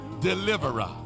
deliverer